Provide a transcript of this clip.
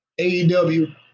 AEW